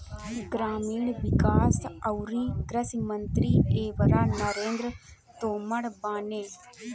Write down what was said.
ग्रामीण विकास अउरी कृषि मंत्री एबेरा नरेंद्र तोमर बाने